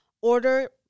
order